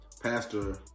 Pastor